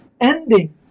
ending